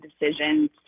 decisions